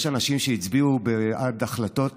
יש אנשים שהצביעו בעד החלטות